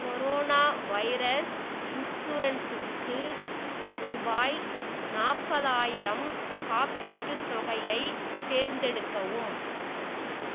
corona virus இன்சூரன்ஸுக்கு ரூபாய் நாற்பதாயிரம் காப்பீட்டுத் தொகையை தேர்ந்தெடுக்கவும்